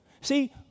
See